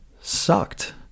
Sucked